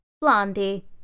Blondie